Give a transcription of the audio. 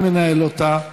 אני מנהל אותה,